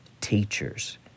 teachers